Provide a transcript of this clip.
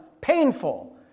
painful